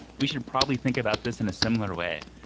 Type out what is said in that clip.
we should probably think about this in a similar way,